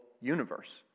universe